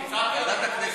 ועדת ביקורת,